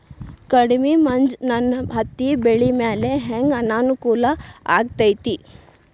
ಕಡಮಿ ಮಂಜ್ ನನ್ ಹತ್ತಿಬೆಳಿ ಮ್ಯಾಲೆ ಹೆಂಗ್ ಅನಾನುಕೂಲ ಆಗ್ತೆತಿ?